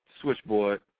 Switchboard